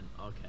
okay